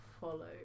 follow